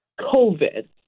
COVID